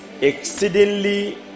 exceedingly